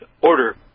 order